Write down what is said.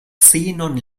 xenon